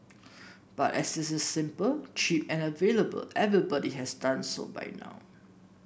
but as it is simple cheap and available everybody has done so by now